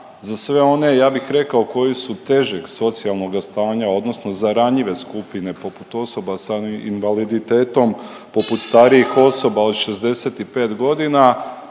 za sve one ja bih rekao koji su težeg socijalnoga stanja odnosno za ranjive skupine poput osoba sa invaliditetom, poput starijih osoba od 65 godina